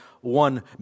one